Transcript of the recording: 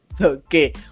okay